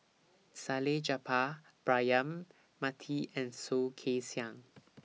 Salleh Japar Braema Mathi and Soh Kay Siang